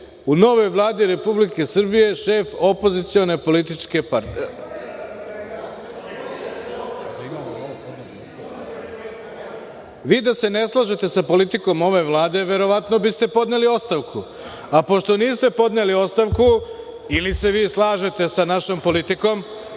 u novoj Vladi Republike Srbije, šef opozicione političke partije. Vi da se ne slažete sa ovom politikom ove Vlade, verovatno biste podneli ostavku. Pošto niste podneli ostavku, ili se vi slažete sa našom Vladom,